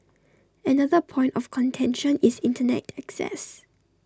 another point of contention is Internet access